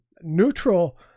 neutral